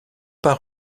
pas